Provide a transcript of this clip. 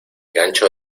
gancho